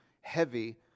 heavy